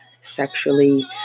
sexually